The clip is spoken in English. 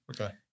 Okay